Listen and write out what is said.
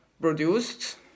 produced